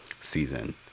season